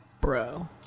Bro